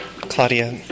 Claudia